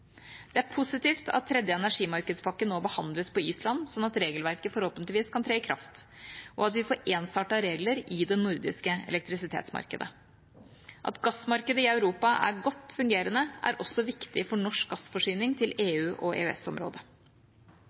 Det er positivt at tredje energimarkedspakke nå behandles på Island, sånn at regelverket forhåpentligvis kan tre i kraft, og at vi får ensartede regler i det nordiske elektrisitetsmarkedet. At gassmarkedet i Europa er godt fungerende, er også viktig for norsk gassforsyning til